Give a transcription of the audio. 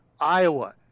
Iowa